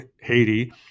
Haiti